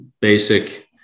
basic